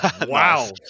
wow